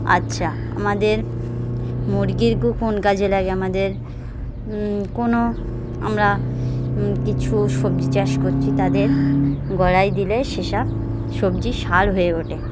আচ্ছা আমাদের মুরগির গু কোন কাজে লাগে আমাদের কোনো আমরা কিছু সবজি চাষ করছি তাদের গোড়ায় দিলে সেসব সবজি সার হয়ে ওঠে